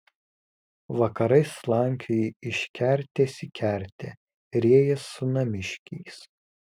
vakarais slankioji iš kertės į kertę riejies su namiškiais